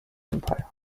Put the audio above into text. empire